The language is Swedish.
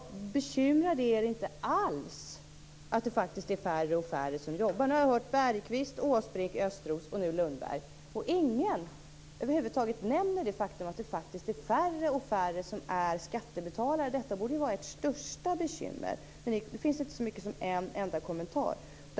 Bekymrar det er inte alls att det faktiskt är färre och färre som jobbar? Jag har hört Bergqvist, Åsbrink, Östros och nu Lundberg, och ingen nämner över huvud taget det faktum att det faktiskt är färre och färre som är skattebetalare. Detta borde ju vara ert största bekymmer. Men det finns inte så mycket som en enda kommentar om detta.